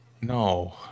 No